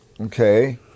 Okay